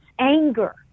anger